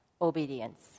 obedience